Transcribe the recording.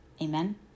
amen